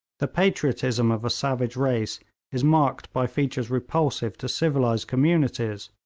the patriotism of a savage race is marked by features repulsive to civilised communities,